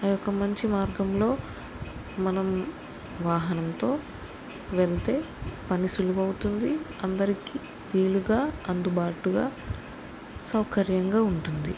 ఆ యొక్క మంచి మార్గంలో మనం వాహనంతో వెళ్తే పని సులువవుతుంది అందిరికీ వీలుగా అందుబాటుగా సౌకర్యంగా ఉంటుంది